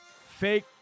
fake